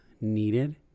needed